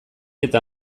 eta